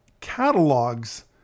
catalogs